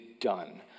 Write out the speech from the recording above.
done